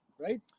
Right